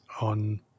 on